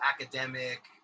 academic